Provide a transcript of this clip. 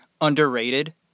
Underrated